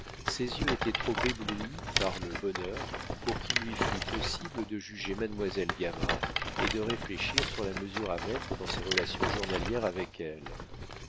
ses yeux étaient trop éblouis par le bonheur pour qu'il lui fût possible de juger mademoiselle gamard et de réfléchir sur la mesure à mettre dans ses relations journalières avec elle